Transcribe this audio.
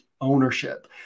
ownership